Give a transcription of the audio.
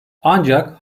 ancak